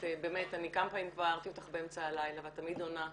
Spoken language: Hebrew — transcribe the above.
אני באמת כמה פעמים כבר הערתי אותך באמצע הלילה ואת תמיד עונה,